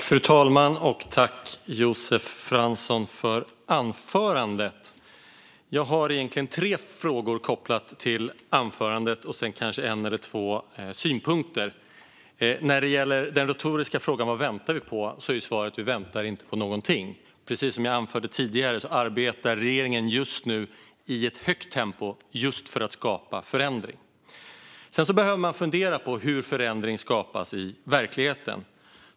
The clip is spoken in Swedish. Fru talman! Jag tackar Josef Fransson för anförandet. Jag har ett par frågor kopplat till anförandet, och en eller två synpunkter. När det gäller den retoriska frågan "Vad väntar vi på?" är svaret att vi inte väntar på någonting. Precis som jag anförde tidigare arbetar regeringen just nu i ett högt tempo för att skapa förändring. Man behöver fundera på hur förändring skapas i verkligheten.